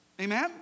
Amen